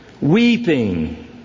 Weeping